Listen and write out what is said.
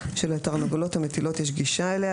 שלתרנגולות המטילות יש גישה אליה,